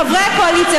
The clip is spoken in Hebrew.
חברי הקואליציה,